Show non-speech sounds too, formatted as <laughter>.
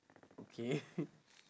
okay <laughs>